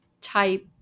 type